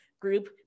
group